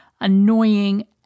annoying